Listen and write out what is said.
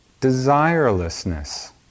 desirelessness